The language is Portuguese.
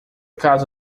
causa